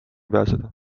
pääseda